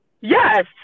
Yes